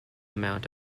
amount